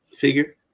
figure